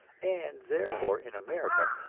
and therefore, in america,